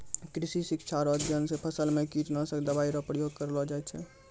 कृषि शिक्षा रो अध्ययन से फसल मे कीटनाशक दवाई रो प्रयोग करलो जाय छै